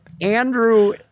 Andrew